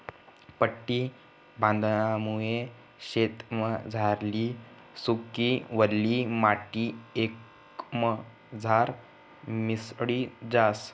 पट्टी बांधामुये शेतमझारली सुकी, वल्ली माटी एकमझार मिसळी जास